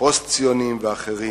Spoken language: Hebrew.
פוסט-ציונים ואחרים.